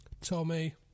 Tommy